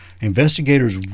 Investigators